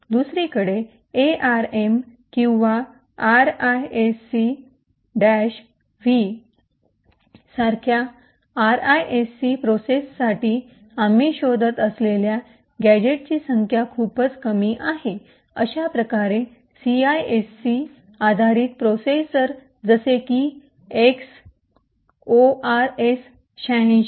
दुसरीकडे एआरएम किंवा RISC V सारख्या आरआयएससी प्रोसेसरसाठी आम्ही शोधत असलेल्या गॅझेटची संख्या खूपच कमी आहे अशा प्रकारे सीआयएससी आधारित प्रोसेसर जसे की एक्स ors86X८६